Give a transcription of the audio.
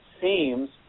seems